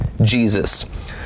Jesus